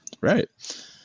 Right